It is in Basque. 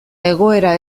egoera